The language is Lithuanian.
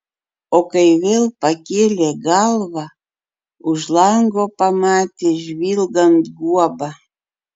o kai vėl pakėlė galvą už lango pamatė žvilgant guobą